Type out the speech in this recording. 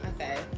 Okay